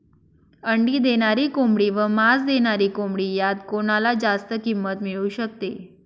अंडी देणारी कोंबडी व मांस देणारी कोंबडी यात कोणाला जास्त किंमत मिळू शकते?